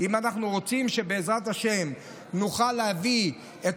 אם אנחנו רוצים שבעזרת השם נוכל להביא את